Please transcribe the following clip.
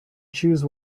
choose